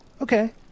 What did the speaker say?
Okay